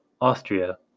Austria